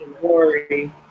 worry